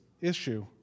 issue